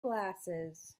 glasses